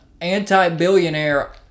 anti-billionaire